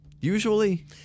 Usually